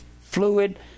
fluid